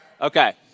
Okay